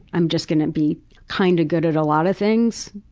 i'm just going to be kind of good at a lot of things.